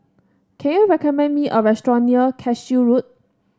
can you recommend me a restaurant near Cashew Road